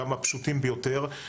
גם הפשוטים ביותר,